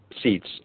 seats